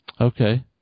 Okay